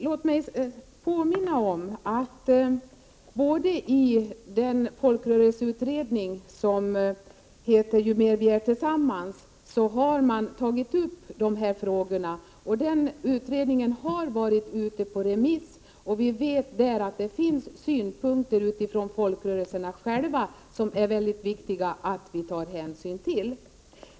Låt mig dock få påminna om att man i folkrörelseutredningens delbetänkande, Ju mer vi är tillsammans, har tagit upp dessa frågor. Betänkandet har varit ute på remiss. Vi vet att det finns synpunkter från folkrörelserna själva som det är mycket viktigt att ta hänsyn till.